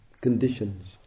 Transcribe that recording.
conditions